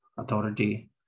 authority